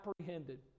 apprehended